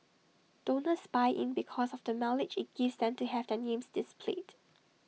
donors buy in because of the mileage IT gives them to have their names displayed